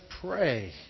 pray